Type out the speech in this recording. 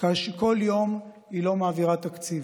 בכל יום שבו היא לא מעבירה תקציב.